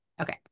Okay